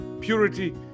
purity